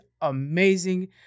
amazing